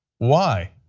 why?